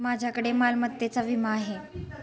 माझ्याकडे मालमत्तेचा विमा आहे